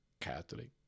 Catholic